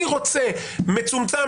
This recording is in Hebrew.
אני רוצה מצומצם,